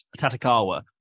Tatakawa